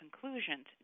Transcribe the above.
conclusions